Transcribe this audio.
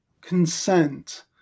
consent